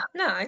no